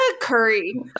Curry